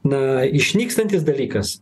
na išnykstantis dalykas